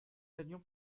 allions